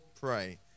pray